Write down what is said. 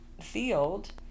field